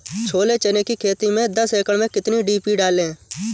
छोले चने की खेती में दस एकड़ में कितनी डी.पी डालें?